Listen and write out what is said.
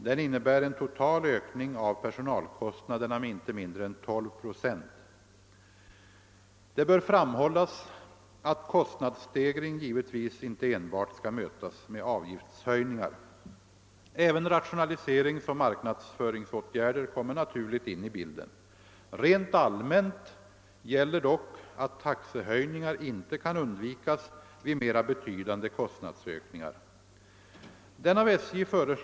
Den innebär en total ökning av personalkostnaderna med inte mindre än 12 procent. Det bör framhållas, att kostnadsstegring givetvis inte enbart skall mötas med avgiftshöjningar. Även rationaliseringsoch marknadsföringsåtgärder kommer naturligt in i bilden. Rent allmänt gäller dock att taxehöjningar inte kan undvikas vid mera betydande kostnadsökningar.